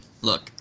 Look